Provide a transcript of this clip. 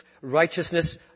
righteousness